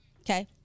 Okay